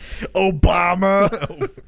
obama